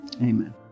Amen